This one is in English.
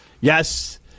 Yes